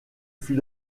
fut